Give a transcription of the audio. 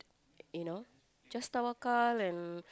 you know just tawakal and